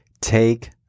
take